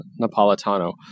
Napolitano